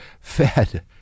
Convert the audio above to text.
fed